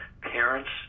parents